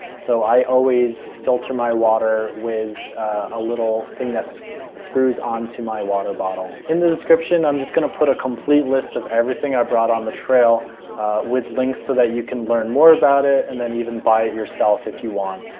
so i always filter my water with a little thing that so screws onto my water bottle. in the description, i'm just going to put a complete list of everything i brought on the trail with links, so that you can learn more about it, and then even buy it yourself if you want.